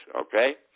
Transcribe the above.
Okay